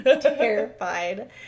terrified